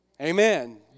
Amen